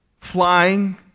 flying